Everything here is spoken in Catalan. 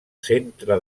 centre